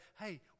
hey